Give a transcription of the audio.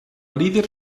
líder